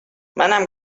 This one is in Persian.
منم